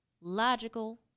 Logical